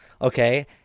okay